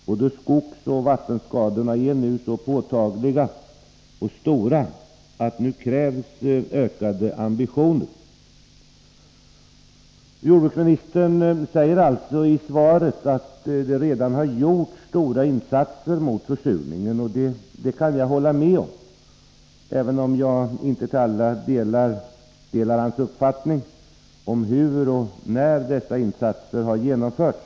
Både skogsoch vattenskadorna är nu så påtagliga och stora att det krävs ökade ambitioner. I sitt svar säger jordbruksministern att det redan har gjorts stora insatser mot försurningen, och det kan jag hålla med om, även om jag inte till fullo delar hans uppfattning om hur och när dessa insatser har gjorts.